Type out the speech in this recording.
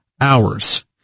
hours